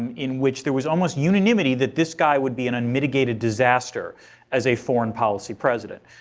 in which there was almost unanimity that this guy would be an unmitigated disaster as a foreign policy president.